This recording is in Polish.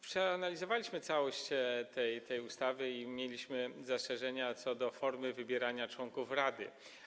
Przeanalizowaliśmy całość tej ustawy i mieliśmy zastrzeżenia co do formy wybierania członków rady.